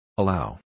Allow